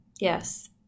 yes